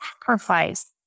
sacrifice